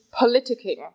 politicking